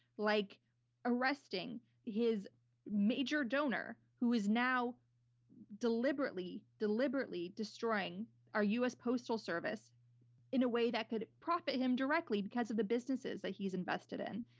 like arresting his major donor, who is now deliberately, deliberately destroying our us postal service in a way that could profit him directly because of the businesses that he's invested in.